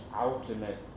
ultimate